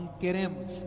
queremos